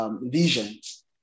visions